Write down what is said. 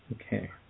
Okay